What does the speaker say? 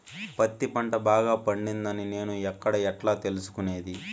పత్తి పంట బాగా పండిందని నేను ఎక్కడ, ఎట్లా తెలుసుకునేది?